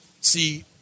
see